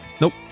Nope